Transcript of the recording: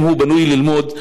אם הוא בנוי ללמוד,